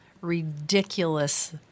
ridiculous